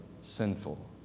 sinful